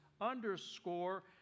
underscore